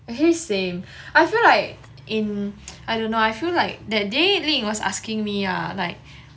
actually same I feel like in I don't know I feel like that day li ying was asking me ah like